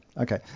Okay